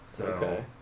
Okay